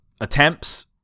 attempts